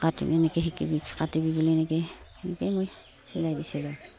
কাটিবি এনেকৈ শিকিবি কাটিবিলৈ এনেকৈ সেনেকৈ মই চিলাই দিছিলোঁ